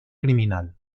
criminal